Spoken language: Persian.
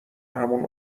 همون